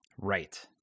Right